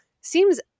seems